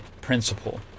principle